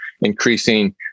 increasing